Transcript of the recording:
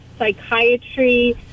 psychiatry